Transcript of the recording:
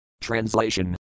Translation